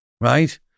right